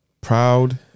proud